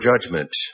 judgment